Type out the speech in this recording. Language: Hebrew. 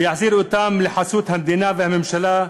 ויחזיר אותן לחסות המדינה והממשלה,